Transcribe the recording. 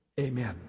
Amen